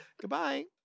Goodbye